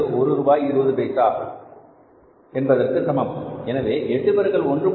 2 ரூபாய் என்பதற்கு சமம் எனவே 8 பெருக்கல் 1